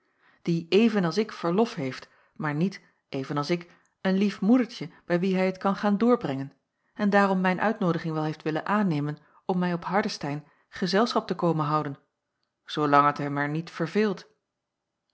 die even als ik verlof heeft maar niet even als ik een lief moedertje bij wie hij het kan gaan doorbrengen en daarom mijn uitnoodiging wel heeft willen aannemen om mij op hardestein gezelschap te komen houden zoolang het er hem niet verveelt